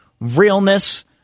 realness